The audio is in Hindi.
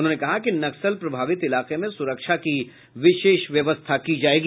उन्होंने कहा कि नक्सल प्रभावित इलाके में सुरक्षा की विशेष व्यवस्था की जाएगी